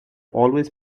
always